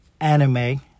anime